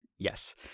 Yes